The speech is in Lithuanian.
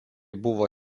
buvo